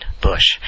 Bush